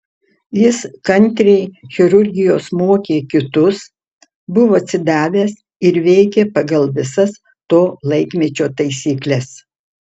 jis kantriai chirurgijos mokė kitus buvo atsidavęs ir veikė pagal visas to laikmečio taisykles